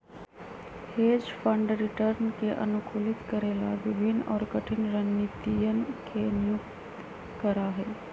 hedge fund return के अनुकूलित करे ला विभिन्न और कठिन रणनीतियन के नियुक्त करा हई